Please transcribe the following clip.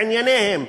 בענייניהם,